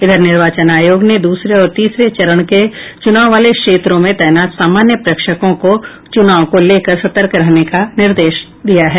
इधर निर्वाचन आयोग ने दूसरे और तीसरे चरण के चुनाव वाले क्षेत्रों में तैनात सामान्य प्रेक्षकों को चुनाव को लेकर सतर्क रहने का निर्देश दिया है